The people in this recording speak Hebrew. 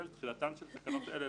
(ג) תחילתן של תקנות אלה,